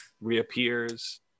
reappears